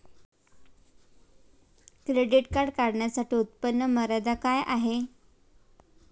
Credit card काढण्यासाठी उत्पन्न मर्यादा काय आहे?